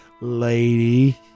lady